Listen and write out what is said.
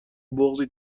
بغضی